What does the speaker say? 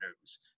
news